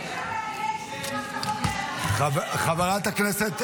מה לעשות --- מי שמאיים שייקח את החוק לידיים --- חברת הכנסת טלי,